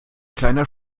kleiner